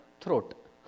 throat